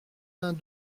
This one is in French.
vingt